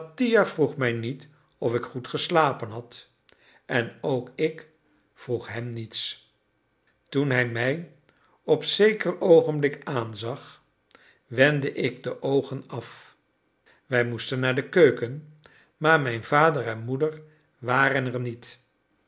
vroeg mij niet of ik goed geslapen had en ook ik vroeg hem niets toen hij mij op zeker oogenblik aanzag wendde ik de oogen af wij moesten naar de keuken maar mijn vader en moeder waren er niet